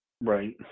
Right